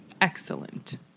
Excellent